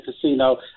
casino